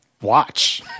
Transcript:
watch